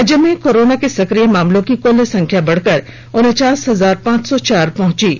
राज्य में कोरोना के सक्रिय मामलों की कुल संख्या बढ़कर उनचास हजार पांच सौ चार पहुंच गई है